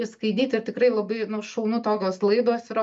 iskaidyt ir tikrai labai nu šaunu tokios laidos yra